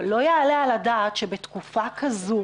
ולא יעלה על הדעת שבתקופה כזו